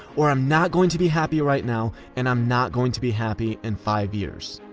or, i'm not going to be happy right now, and i'm not going to be happy in five years.